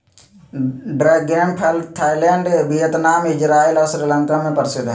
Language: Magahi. ड्रैगन फल थाईलैंड वियतनाम, इजराइल और श्रीलंका में प्रसिद्ध हइ